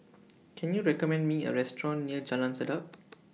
Can YOU recommend Me A Restaurant near Jalan Sedap